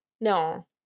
No